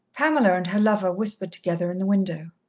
pamela and her lover whispered together in the window.